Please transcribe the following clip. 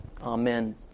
Amen